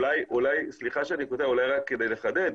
אולי כדי לחדד.